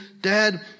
dad